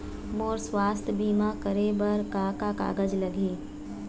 मोर स्वस्थ बीमा करे बर का का कागज लगही?